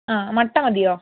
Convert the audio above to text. ആ മട്ട മതിയോ